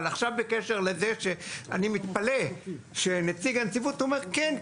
אבל עכשיו בקשר לזה אני מתפלא שנציג הנציבות אומר "..כן,